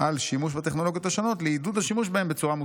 על שימוש בטכנולוגיות השונות לעידוד השימוש בהן בצורה מושכלת".